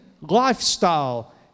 lifestyle